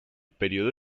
período